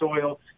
soil